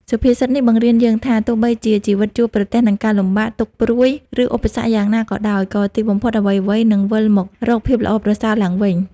សុភាសិតនេះបង្រៀនយើងថា ទោះបីជាជីវិតជួបប្រទះនឹងការលំបាក ទុក្ខព្រួយ ឬឧបសគ្គយ៉ាងណាក៏ដោយ ក៏ទីបំផុតអ្វីៗនឹងវិលមករកភាពល្អប្រសើរឡើងវិញ។